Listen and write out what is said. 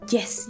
Yes